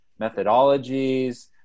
methodologies